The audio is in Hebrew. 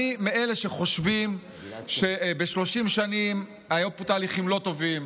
אני מאלה שחושבים שב-30 שנים היו פה תהליכים לא טובים,